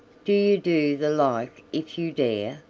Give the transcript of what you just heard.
do you do the like if you dare.